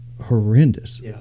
horrendous